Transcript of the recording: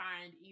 find